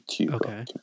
Okay